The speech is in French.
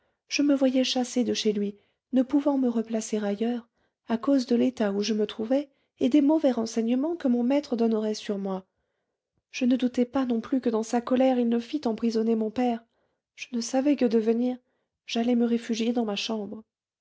je me voyais chassée de chez lui ne pouvant me replacer ailleurs à cause de l'état où je me trouvais et des mauvais renseignements que mon maître donnerait sur moi je ne doutais pas non plus que dans sa colère il ne fît emprisonner mon père je ne savais que devenir j'allai me réfugier dans ma chambre